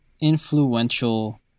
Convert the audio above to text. influential